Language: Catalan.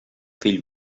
fill